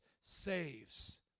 saves